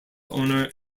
owner